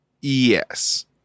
Yes